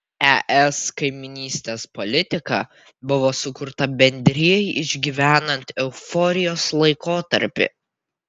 es kaimynystės politika buvo sukurta bendrijai išgyvenant euforijos laikotarpį